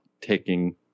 taking